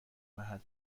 محل